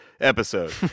episode